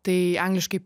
tai angliškai